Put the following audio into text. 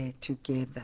together